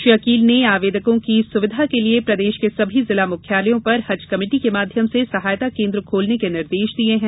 श्री अकील ने आवेदकों की सुविधा के लिये प्रदेश के सभी जिला मुख्यालयों पर हज कमेटी के माध्यम से सहायता केन्द्र खोलने के निर्देश दिये हैं